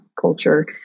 culture